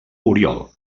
oriol